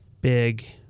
big